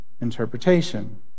interpretation